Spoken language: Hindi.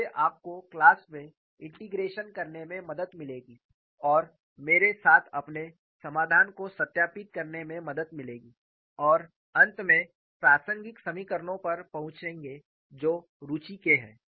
इससे आपको क्लास में इंटीग्रेशन करने में मदद मिलेगी और मेरे साथ अपने समाधान को सत्यापित करने में मदद मिलेगी और अंत में प्रासंगिक समीकरणों पर पहुंचेंगे जो रुचि के हैं